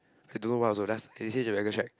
I don't know what also just and they say is a regular check